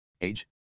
age